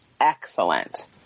excellent